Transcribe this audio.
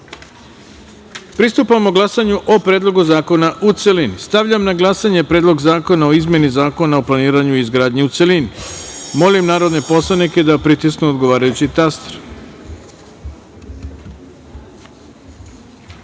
glasanju o Predlogu zakona u celini. Stavljam na glasanje Predlog zakona o izmeni Zakona o planiranju i izgradnji, u celini. Molim narodne poslanike da pritisnu odgovarajući